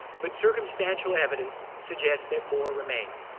but circumstantial evidence suggests that more remain.